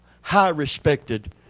high-respected